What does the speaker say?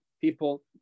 people